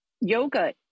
yoga